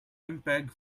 mpeg